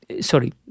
sorry